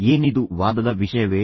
ಏನಿದು ವಾದದ ವಿಷಯವೇ